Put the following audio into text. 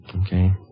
Okay